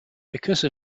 because